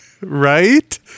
Right